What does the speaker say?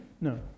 No